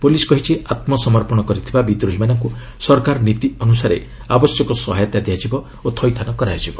police କହିଛି ଆତ୍କସମର୍ପଣ କରିଥିବା ବିଦ୍ରୋହୀମାନଙ୍କୁ ସରକାର ନୀତି ଅନୁସାରେ ଆବଶ୍ୟକ ସହାୟତା ଦିଆଯିବ ଓ ଥଇଥାନ କରାଯିବ